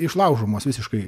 išlaužomos visiškai